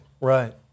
Right